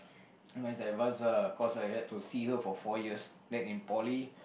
cause I had to see her for four years then in poly